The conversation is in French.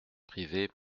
privés